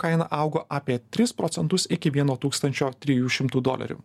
kaina augo apie tris procentus iki vieno tūkstančio trijų šimtų dolerių